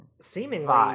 Seemingly